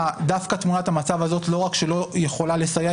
דווקא תמונת המצב הזו לא רק שלא יכולה לסייע,